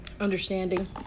understanding